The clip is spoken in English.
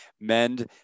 mend